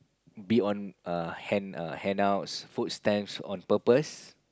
be on err hand err handouts food stamps on purpose